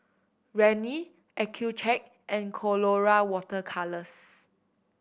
Rene Accucheck and Colora Water Colours